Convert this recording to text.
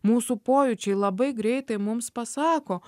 mūsų pojūčiai labai greitai mums pasako